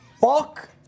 Fuck